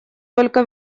только